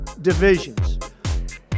divisions